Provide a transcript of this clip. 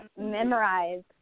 memorize